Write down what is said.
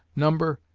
number,